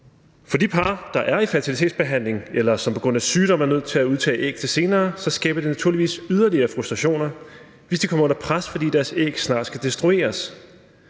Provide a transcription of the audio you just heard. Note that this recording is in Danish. For de par, der er i fertilitetsbehandling, eller som på grund af sygdom er nødt til at udtage æg til senere, skaber det naturligvis yderligere frustrationer, hvis de kommer under pres, fordi deres æg snart skal destrueres.